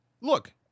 look